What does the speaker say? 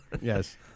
yes